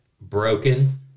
broken